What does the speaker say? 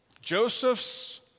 Joseph's